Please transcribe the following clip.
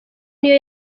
niyo